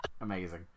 amazing